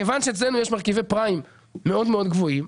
כיוון שאצלנו יש מרכיבי פריים מאוד מאוד גבוהים,